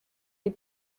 des